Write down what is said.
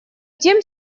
тем